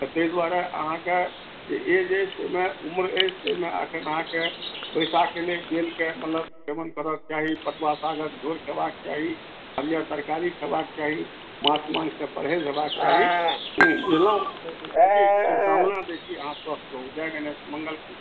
ताहि दुआरे अहाॅंके जे एज अछि ताहि मे जे उमर अछि ताहि मे एखन अहाॅंके वैशाख एलै बेलके मतलब सेवन करक चाही पटुआ सागक झोर खेबाक चाही या तरकारी खेबाक चाही माछ मासु सॅं परहेज हेबाक चाही बुझलहूँ जयशंकरजी शुभकामना दैय छी अहाँ स्वस्थ रहू जय गणेश मंगल